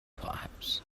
perhaps